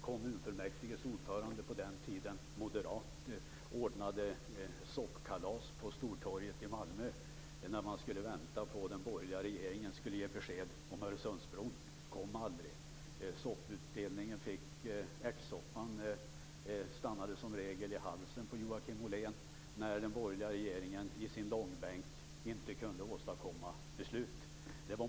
Kommunfullmäktiges ordförande, som på den tiden var moderat, ordnade soppkalas på Stortorget i Malmö medan man väntade på att den borgerliga regeringen skulle ge besked om Öresundsbron. Det kom aldrig. Ärtsoppan stannade som regel i halsen på Joakim Ollén när den borgerliga regeringen i sin långbänk inte kunde åstadkomma beslut.